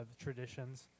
traditions